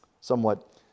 somewhat